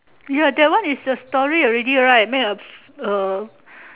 ya that one is a story already right made of uh